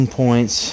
points